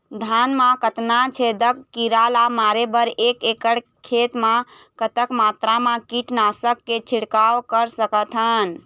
धान मा कतना छेदक कीरा ला मारे बर एक एकड़ खेत मा कतक मात्रा मा कीट नासक के छिड़काव कर सकथन?